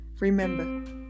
Remember